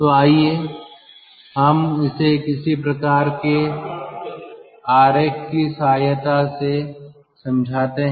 तो आइए हम इसे किसी प्रकार के आरेख की सहायता से समझाते हैं